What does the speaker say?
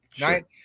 right